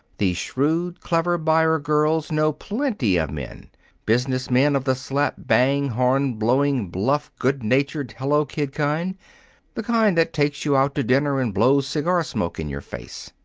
these shrewd, clever buyer-girls know plenty of men business men of the slap-bang, horn-blowing, bluff, good-natured, hello-kid kind the kind that takes you out to dinner and blows cigar smoke in your face.